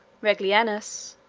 regillianus,